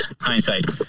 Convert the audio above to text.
hindsight